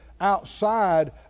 outside